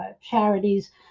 charities